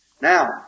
Now